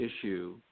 issue